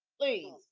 please